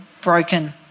broken